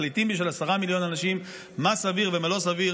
ומחליטים בשביל עשרה מיליון אנשים מה סביר ומה לא סביר.